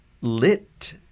lit